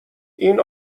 این